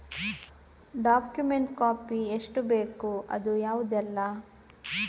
Document copy ಎಷ್ಟು ಬೇಕು ಅದು ಯಾವುದೆಲ್ಲ?